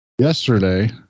yesterday